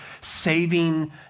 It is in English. saving